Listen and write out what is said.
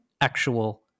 actual